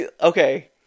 Okay